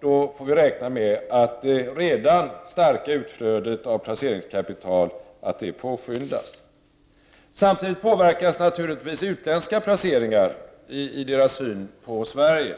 får vi räkna med att det redan starka utflödet av placeringskapital påskyndas. Samtidigt påverkas naturligtvis utländska placerare i sin syn på Sverige.